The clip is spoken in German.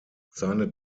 seine